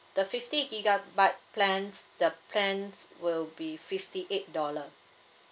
the fifty gigabyte plans the plans will be fifty eight dollar